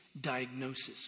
diagnosis